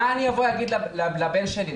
מה אני אבוא אגיד לבן שלי?